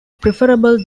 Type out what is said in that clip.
preferable